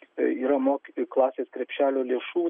tiktai yra mokytojų klasės krepšelio lėšų